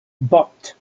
but